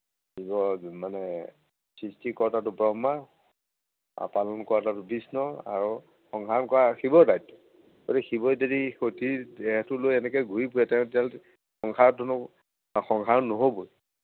শিৱৰ মানে সৃষ্টিকৰ্তাটো ব্ৰহ্মা আৰু পালন কৰাতো বিষ্ণু আৰু সংহাৰ কৰা শিৱৰ দায়িত্ব গতিকে শিৱই যদি সতীৰ দেহটো লৈ এনেকে ঘূৰি ফুৰে তেতিয়াহ'লে সংসাৰত কোনো সংহাৰ নহ'বই